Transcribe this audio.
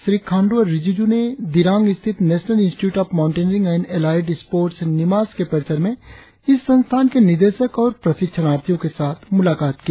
श्री खांडू और रिजिजू ने दिरांग स्थित national institute of mountaineering and allied sports NIMAS के परिसर में इस संस्थान के निदेशक और प्रशिक्षणार्थियो के साथ मुलाकात की